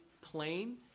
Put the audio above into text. plain